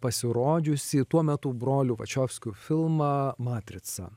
pasirodžiusį tuo metu brolių vačiovskių filmą matrica